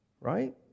Right